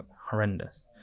horrendous